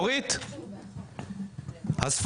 אורית, קריאה ראשונה.